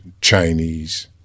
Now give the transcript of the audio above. Chinese